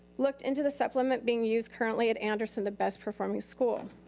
looked into the supplement being used currently at anderson, the best performing school?